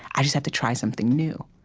i just have to try something new.